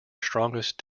strongest